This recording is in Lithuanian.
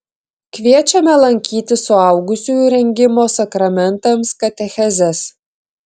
kviečiame lankyti suaugusiųjų rengimo sakramentams katechezes